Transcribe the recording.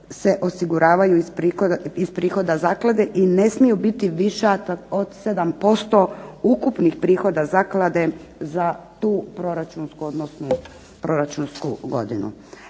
se osiguravaju iz prihoda zaklade i ne smiju biti viša od 7% ukupnih prihoda zaklade za tu proračunsku godinu.